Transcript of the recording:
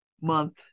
Month